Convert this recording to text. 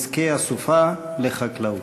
נזקי הסופה לחקלאות.